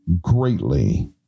greatly